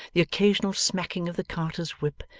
the occasional smacking of the carter's whip,